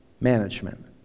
management